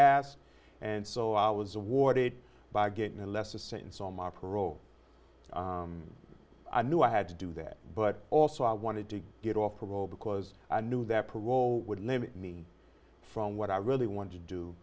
asked and so i was awarded by getting a lesser sentence on my parole i knew i had to do that but also i wanted to get off the row because i knew that parole would limit me from what i really wanted to do